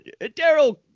Daryl